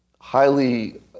highly